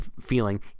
feeling